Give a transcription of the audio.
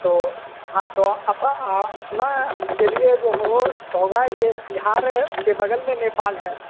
तो हाँ तो अपा आ अपना के लिए जो हो होगा ये बिहार के बगल में नेपाल है